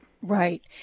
Right